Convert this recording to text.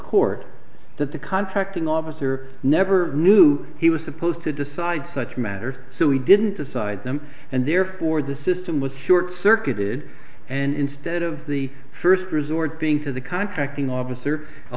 court that the contracting officer never knew he was supposed to decide such matters so he didn't decide them and therefore the system was short circuited and instead of the first resort being to the contracting officer a